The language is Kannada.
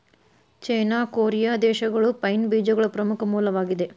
ಚೇನಾ, ಕೊರಿಯಾ ದೇಶಗಳು ಪೈನ್ ಬೇಜಗಳ ಪ್ರಮುಖ ಮೂಲವಾಗಿದೆ